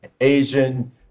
Asian